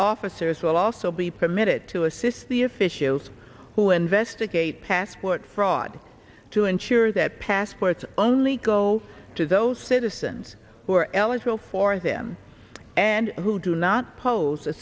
officers will also be permitted to assist the officials who investigate passport fraud to ensure that passports only go to those citizens who are eligible for them and who do not pose a